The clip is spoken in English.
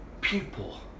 people